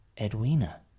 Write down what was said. Edwina